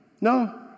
No